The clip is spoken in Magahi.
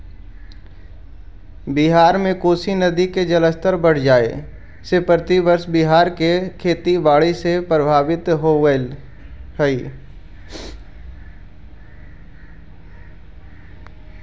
बिहार में कोसी नदी के जलस्तर बढ़ जाए से प्रतिवर्ष बिहार के खेती बाढ़ से प्रभावित होवऽ हई